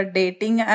dating